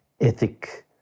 ethic